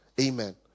amen